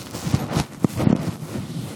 ובכן, עם כניסתו